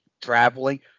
traveling